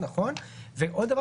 או קנס